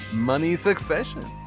money succession